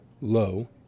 Low